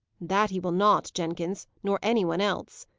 that he will not, jenkins. nor any one else.